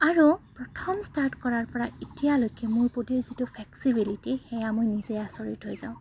আৰু প্ৰথম ষ্টাৰ্ট কৰাৰপৰা এতিয়ালৈকে মোৰ বডিৰ যিটো ফ্লেক্সিবিলিটি সেয়া মই নিজে আচৰিত থৈ যাওঁ